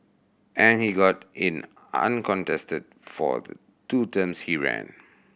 and he got in uncontested for the two terms he ran